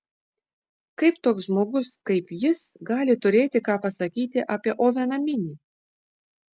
kaip toks žmogus kaip jis gali turėti ką pasakyti apie oveną minį